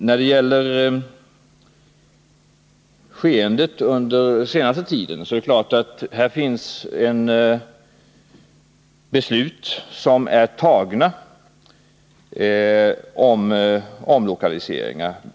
När det gäller det som hänt under senaste tiden så finns här beslut angående omlokaliseringar.